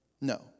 No